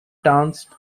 danced